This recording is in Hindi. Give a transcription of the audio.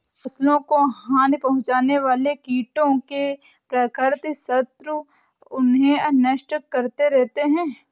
फसलों को हानि पहुँचाने वाले कीटों के प्राकृतिक शत्रु उन्हें नष्ट करते रहते हैं